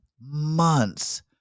months